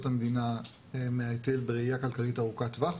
המדינה מההיטל בראיה כלכלית ארוכת טווח,